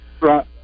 Right